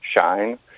shine